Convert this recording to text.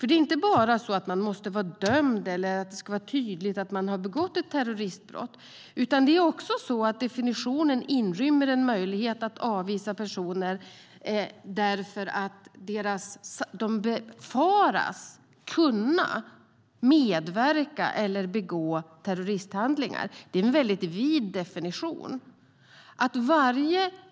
Det är inte bara så att man måste vara dömd eller att det ska vara tydligt att man har begått ett terroristbrott, utan definitionen inrymmer också en möjlighet att avvisa personer därför att de befaras kunna medverka till eller begå terroristhandlingar. Det är en väldigt vid definition.